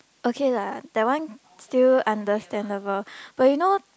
okay lah that one still understandable but you know